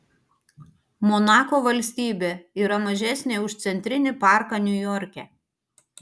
monako valstybė yra mažesnė už centrinį parką niujorke